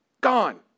Gone